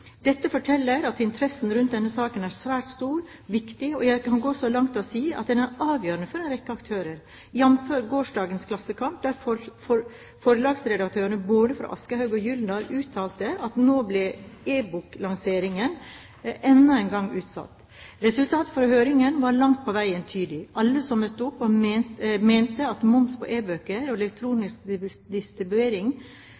Dette forteller at interessen rundt denne saken er svært stor og viktig, og jeg kan gå så langt som å si at den er avgjørende for en rekke aktører, jf. gårsdagens Klassekampen, der forlagsredaktører både fra Aschehoug og Gyldendal uttalte at nå blir e-boklanseringen enda en gang utsatt. Resultatet fra høringen var langt på vei entydig. Alle som møtte opp, mente at moms på e-bøker og